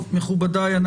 מכובדיי,